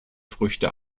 früchte